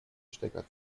stecker